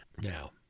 Now